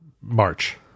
March